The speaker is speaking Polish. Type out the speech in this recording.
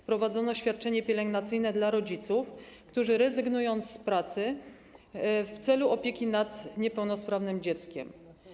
Wprowadzono świadczenie pielęgnacyjne dla rodziców, którzy rezygnują z pracy w celu opieki nad niepełnosprawnym dzieckiem.